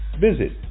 visit